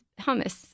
hummus